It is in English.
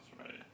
right